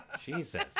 Jesus